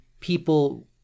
people